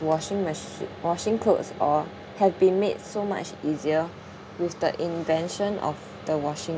washing mach~ washing clothes or have been made so much easier with the invention of the washing